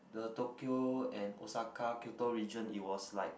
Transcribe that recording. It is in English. the Tokyo and Osaka Kyoto region it was like